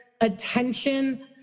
attention